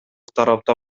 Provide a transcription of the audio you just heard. тарапта